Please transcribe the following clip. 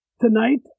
Tonight